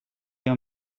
your